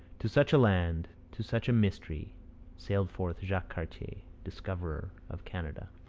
to such a land to such a mystery sailed forth jacques cartier, discoverer of canada.